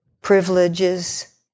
privileges